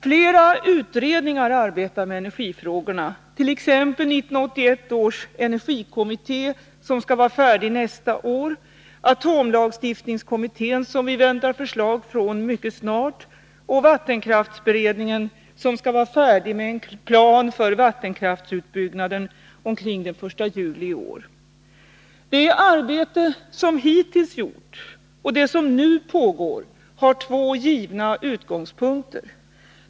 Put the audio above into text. Flera utredningar arbetar med energifrågorna, t.ex. 1981 års energikommitté, som skall vara färdig nästa år, atomlagstiftningskommittén, som vi väntar förslag från mycket snart, och vattenkraftsberedningen, som skall vara färdig med en plan för vattenkraftsutbyggnaden omkring den 1 juli i år. Det arbete som hittills gjorts och det som nu pågår har två givna utgångspunkter.